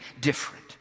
different